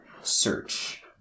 search